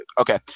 Okay